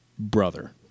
brother